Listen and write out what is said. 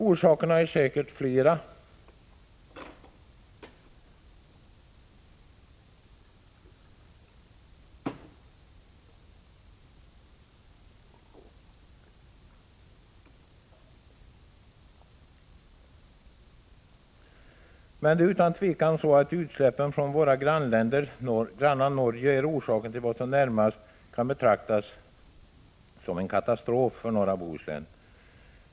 Orsakerna är säkert flera, men utan tvivel är utsläppen från vårt grannland Norge en anledning till vad som närmast kan betraktas som en katastrof för norra Bohuslän.